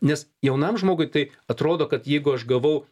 nes jaunam žmogui tai atrodo kad jeigu aš gavau